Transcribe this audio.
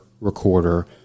recorder